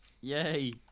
Yay